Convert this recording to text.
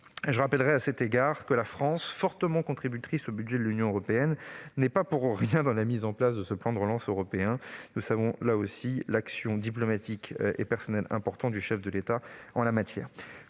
Je rappelle à cet égard que la France, fortement contributrice au budget de l'Union européenne, n'est pas pour rien dans la mise en place de ce plan de relance européen. Nous connaissons tous l'action diplomatique et personnelle importante du chef de l'État en la matière.